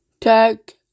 Tag